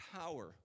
power